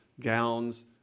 gowns